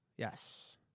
Yes